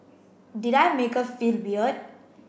did I make her feel weird